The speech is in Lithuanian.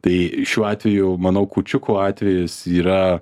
tai šiuo atveju manau kūčiukų atvejis yra